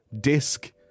disc